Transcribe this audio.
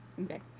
Okay